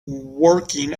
working